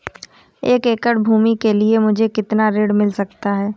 एक एकड़ भूमि के लिए मुझे कितना ऋण मिल सकता है?